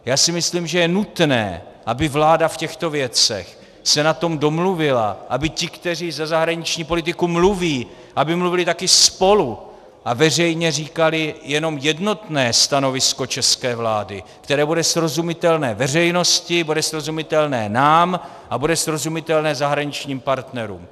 Já si myslím, že je nutné, aby se vláda v těchto věcech na tom domluvila, aby ti, kteří za zahraniční politiku mluví, mluvili taky spolu a veřejně říkali jenom jednotné stanovisko české vlády, které bude srozumitelné veřejnosti, bude srozumitelné nám a bude srozumitelné zahraničním partnerům.